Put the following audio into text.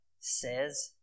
says